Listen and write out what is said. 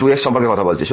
2x সম্পর্কে কথা বলছি